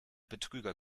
betrüger